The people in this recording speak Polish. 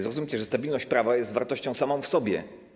Zrozumcie, że stabilność prawa jest wartością samą w sobie.